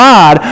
God